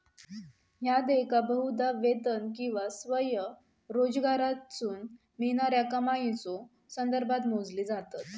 ह्या देयका बहुधा वेतन किंवा स्वयंरोजगारातसून मिळणाऱ्या कमाईच्यो संदर्भात मोजली जातत